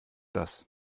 das